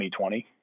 2020